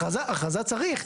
והמפקחים הלא שיפוטיים?